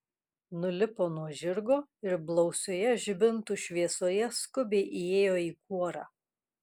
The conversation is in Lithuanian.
nulipo nuo žirgo ir blausioje žibintų šviesoje skubiai įėjo į kuorą